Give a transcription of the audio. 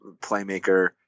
playmaker